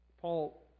Paul